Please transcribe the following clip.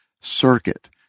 circuit